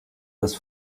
das